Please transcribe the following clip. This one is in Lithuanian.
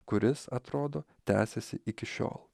kuris atrodo tęsiasi iki šiol